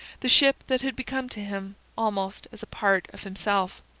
the ship that had become to him almost as a part of himself.